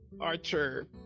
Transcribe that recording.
archer